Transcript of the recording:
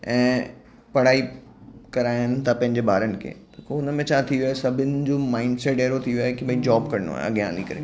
ऐं पढ़ाई कराइनि था पंहिंजे ॿारनि खे हुनमें छा थी वियो आहे सभिनि जो माइंडसेट अहिड़ो थी वियो आहे कि भई जॉब करिणो आहे अॻियां हली करे